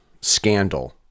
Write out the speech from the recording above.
scandal